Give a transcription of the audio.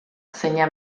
zeina